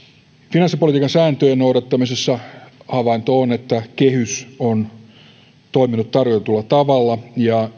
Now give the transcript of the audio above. finanssipolitiikan sääntöjen noudattamisessa havainto on että kehys on toiminut tarkoitetulla tavalla ja